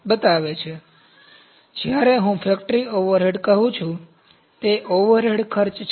તેથી જ્યારે હું ફેક્ટરી ઓવરહેડ કહું છું તે ઓવરહેડ ખર્ચ છે